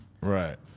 Right